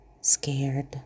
scared